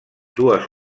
dues